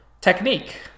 technique